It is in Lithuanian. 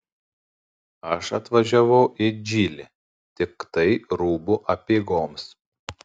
aš atvažiavau į džilį tiktai rūbų apeigoms